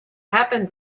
happened